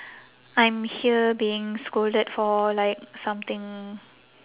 I'm here being scolded for like something